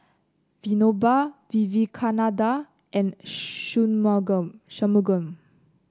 Vinoba Vivekananda and Shunmugam Shunmugam